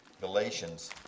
Galatians